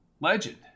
Legend